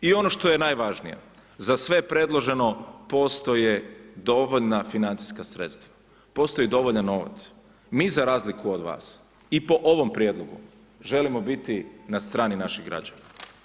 I ono što je najvažnije, za sve predloženo postoje dovoljna financijska sredstva, postoji dovoljan novac, mi za razliku od vas i po ovom prijedlogu želimo biti na strani naših građana.